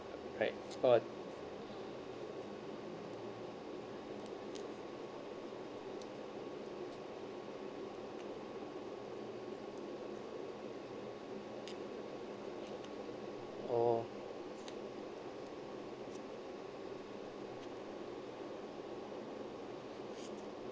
right but orh